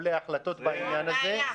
מקבלי ההחלטות בעניין הזה -- זו הבעיה.